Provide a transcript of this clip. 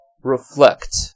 Reflect